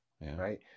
right